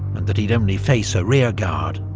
and that he'd only face a rearguard.